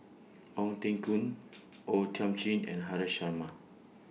Ong Teng Koon O Thiam Chin and Haresh Sharma